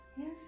Yes